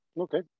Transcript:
Okay